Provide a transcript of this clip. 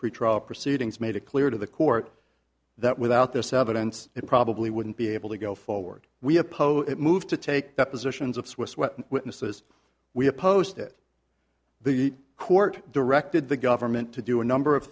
pretrial proceedings made it clear to the court that without this evidence it probably wouldn't be able to go forward we oppose it move to take depositions of swiss weapon witnesses we opposed it the court directed the government to do a number of